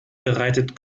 bereitet